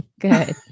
Good